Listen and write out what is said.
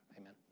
amen